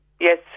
Yes